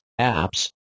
apps